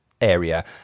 area